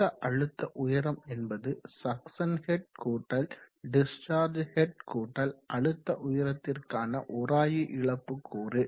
மொத்த அழுத்த உயரம் என்பது சக்சன் ஹெட் கூட்டல் டிஸ்சார்ஜ் ஹெட் கூட்டல் அழுத்த உயரத்திற்கான உராய்வு இழப்பு கூறு